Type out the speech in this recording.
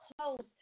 close